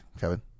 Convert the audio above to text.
Kevin